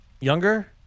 younger